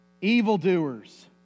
evildoers